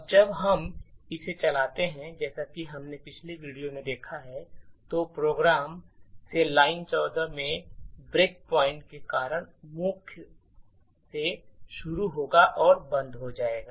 अब जब हम इसे चलाते हैं जैसा कि हमने पिछले वीडियो में देखा है तो प्रोग्राम से लाइन 14 में ब्रेक पॉइंट के कारण मुख्य से शुरू होगा और बंद हो जाएगा